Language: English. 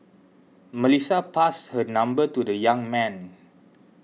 Melissa passed her number to the young man